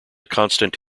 constant